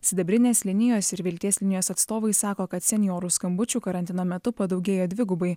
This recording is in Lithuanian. sidabrinės linijos ir vilties linijos atstovai sako kad senjorų skambučių karantino metu padaugėjo dvigubai